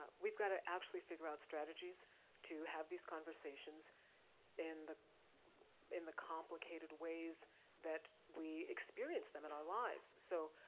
but we've gotta actually figure out strategies to have these conversations in the in the complicated ways that we experience them in our lives. so,